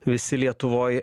visi lietuvoj